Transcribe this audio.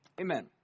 Amen